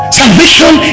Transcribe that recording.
salvation